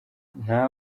nta